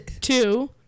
two